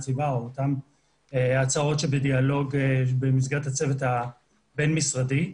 הסביבה או אותן הצעות שבדיאלוג במסגרת הצוות הבין-משרדי.